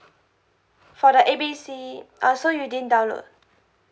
for the A B C uh so you didn't download